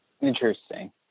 Interesting